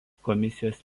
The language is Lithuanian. komisijos